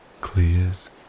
clears